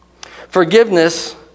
Forgiveness